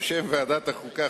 בשם ועדת החוקה,